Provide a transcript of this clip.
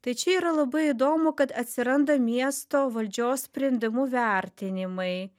tai čia yra labai įdomu kad atsiranda miesto valdžios sprendimų vertinimai